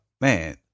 man